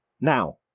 Now